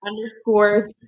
Underscore